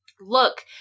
look